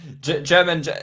German